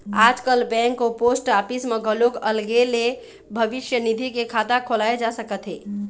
आजकाल बेंक अउ post office म घलोक अलगे ले भविस्य निधि के खाता खोलाए जा सकत हे